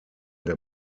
der